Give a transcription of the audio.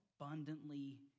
abundantly